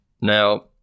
Now